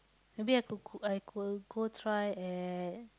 maybe I could I could go try at